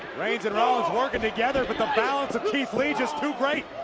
reigns and rollins working together but the balance of keith lee just too great.